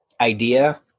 idea